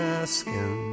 asking